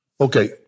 Okay